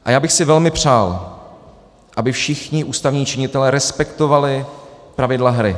A já bych si velmi přál, aby všichni ústavní činitelé respektovali pravidla hry.